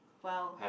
!wow!